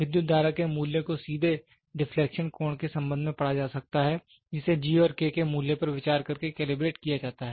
विद्युत धारा के मूल्य को सीधे डिफलेक्शन कोण के संबंध में पढ़ा जा सकता है जिसे G और K के मूल्यों पर विचार करके कैलिब्रेट किया जाता है